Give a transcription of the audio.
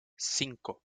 cinco